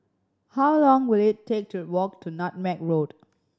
how long will it take to walk to Nutmeg Road